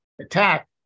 attack